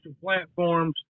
platforms